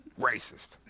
Racist